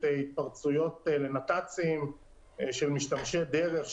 התפרצויות לנת"צים של משתמשי דרך,